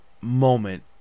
moment